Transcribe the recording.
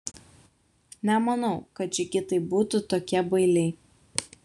nemanau kad džigitai būtų tokie bailiai